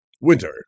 Winter